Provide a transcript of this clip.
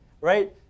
right